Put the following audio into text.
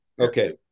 Okay